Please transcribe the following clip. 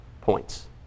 points